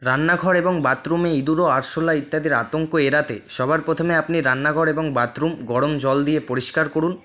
রান্নাঘর এবং বাথরুমে ইঁদুর ও আরশোলা ইত্যাদির আতঙ্ক এড়াতে সবার প্রথমে আপনি রান্নাঘর এবং বাথরুম গরম জল দিয়ে পরিষ্কার করুন